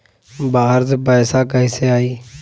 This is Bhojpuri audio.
बाहर से पैसा कैसे आई?